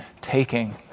taking